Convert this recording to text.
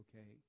okay